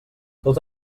tot